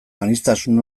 aniztasun